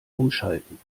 umschalten